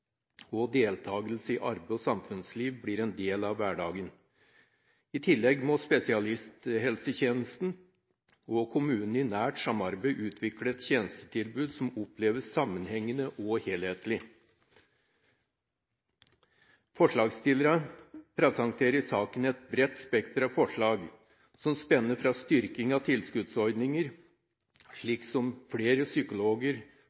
og deltakelse i arbeid og samfunnsliv blir en del av hverdagen. I tillegg må spesialisthelsetjenesten og kommunene i nært samarbeid utvikle et tjenestetilbud som oppleves sammenhengende og helhetlig. Forslagsstillerne presenterer i dokumentet et bredt spekter av forslag, som spenner fra styrking av tilskuddsordninger slik at flere psykologer